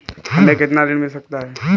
हमें कितना ऋण मिल सकता है?